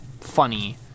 funny